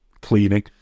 cleaning